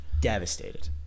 Devastated